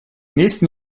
nächsten